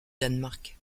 danemark